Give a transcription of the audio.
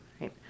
right